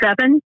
seven